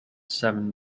seven